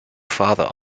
father